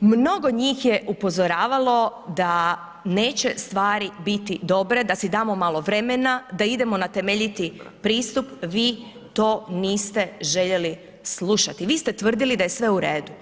Mnogo njih je upozoravalo da neće stvari biti dobre, da si damo malo vremena, da idemo na temeljiti pristup, vi to niste željeli slušati, vi ste tvrdili da je sve u redu.